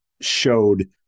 showed